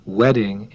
wedding